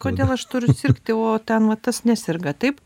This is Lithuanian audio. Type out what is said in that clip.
kodėl aš turiu sirgti o ten va tas neserga taip